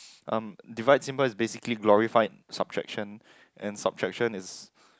um divide symbol is basically glorified subtraction and subtraction is